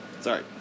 Sorry